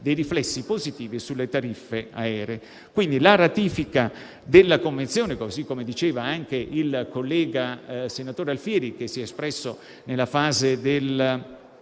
dei riflessi positivi sulle tariffe aeree. Quindi, la ratifica della Convenzione - così come diceva anche il collega, senatore Alfieri, che si è espresso nella fase della